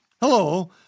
Hello